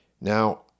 Now